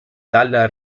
dalla